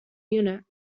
unit